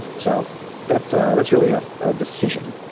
so that's ah that's really ah a decision